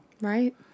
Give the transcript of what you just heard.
Right